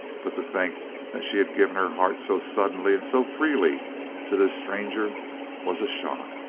but to think that she had given her heart so suddenly and so freely to this stranger was a shock.